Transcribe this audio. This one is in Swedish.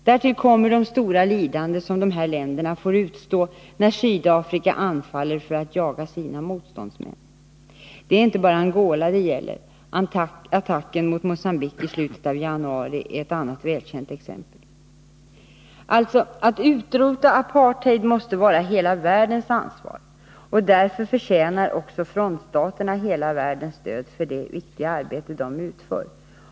Därtill kommer de stora lidanden som dessa länder får utstå när Sydafrika anfaller för att jaga motståndsmän. Det är inte bara Angola det gäller. Attacken mot Mogambique i slutet av januari är ett annat välkänt exempel. Alltså: Att utrota apartheid måste vara hela världens angelägenhet, och därför förtjänar också frontstaterna hela världens stöd i det viktiga arbete de utför.